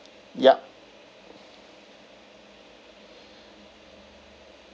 yup